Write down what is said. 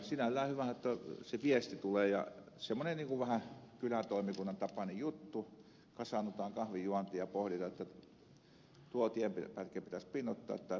sinällään hyvä jotta se viesti tulee ja semmoinen vähän kylätoimikunnan tapainen juttu kasaannutaan kahvinjuontiin ja pohditaan että tuo tienpätkä pitäisi pinnoittaa ja pusikoita tuosta kaataa